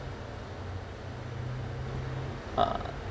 uh